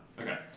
Okay